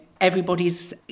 everybody's